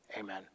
Amen